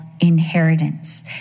inheritance